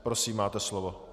Prosím, máte slovo.